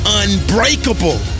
unbreakable